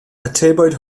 atebwyd